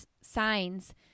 signs